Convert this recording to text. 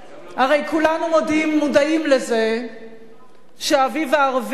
הרי כולנו מודעים לזה שהאביב הערבי יכול